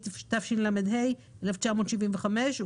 התשל"ה-1975,